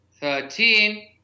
Thirteen